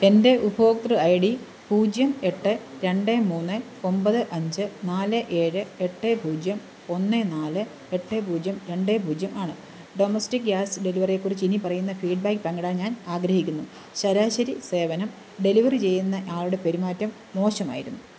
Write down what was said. എൻ്റെ ഉപഭോക്തൃ I D പൂജ്യം എട്ട് രണ്ട് മൂന്ന് ഒമ്പത് അഞ്ച് നാല് ഏഴ് എട്ട് പൂജ്യം ഒന്ന് നാല് എട്ട് പൂജ്യം രണ്ട് പൂജ്യം ആണ് ഡൊമസ്റ്റിക് ഗ്യാസ് ഡെലിവറിയെക്കുറിച്ച് ഇനിപ്പറയുന്ന ഫീഡ്ബാക്ക് പങ്കിടാൻ ഞാൻ ആഗ്രഹിക്കുന്നു ശരാശരി സേവനം ഡെലിവറി ചെയ്യുന്നയാളുടെ പെരുമാറ്റം മോശമായിരുന്നു